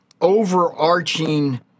overarching